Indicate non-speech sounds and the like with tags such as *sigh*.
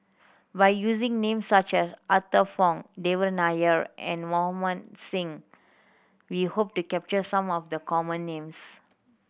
by using names such as Arthur Fong Devan Nair and *unintelligible* Singh we hope to capture some of the common names